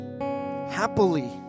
happily